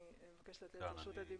אני מתנצל,